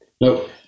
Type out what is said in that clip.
Nope